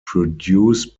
produced